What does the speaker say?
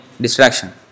distraction